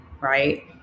right